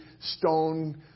stone